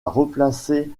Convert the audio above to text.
replacer